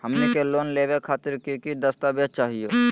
हमनी के लोन लेवे खातीर की की दस्तावेज चाहीयो?